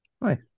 Nice